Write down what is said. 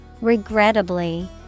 Regrettably